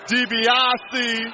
DiBiase